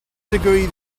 degree